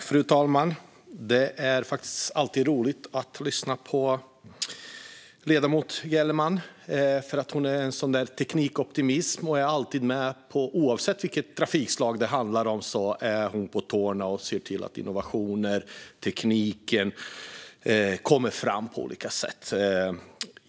Fru talman! Det är alltid roligt att lyssna på ledamoten Gellerman. Hon är teknikoptimist och är alltid, oavsett vilket trafikslag det handlar om, på tårna för att se till att innovationer och tekniker kommer fram på olika sätt.